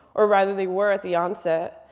or rather they were at the onset.